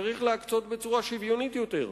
צריך להקצות בצורה שוויונית יותר,